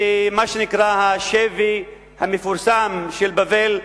ומה שנקרא: "השבי" המפורסם, "של בבל"